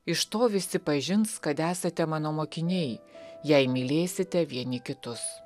iš to visi pažins kad esate mano mokiniai jei mylėsite vieni kitus